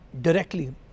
directly